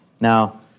Now